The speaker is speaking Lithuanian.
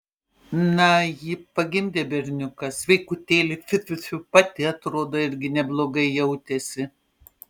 na ji pagimdė berniuką sveikutėlį tfu tfu pati atrodo irgi neblogai jautėsi